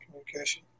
communication